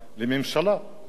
ככה אני מבין את זה,